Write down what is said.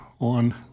on